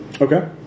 Okay